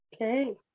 Okay